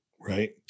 Right